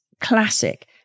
classic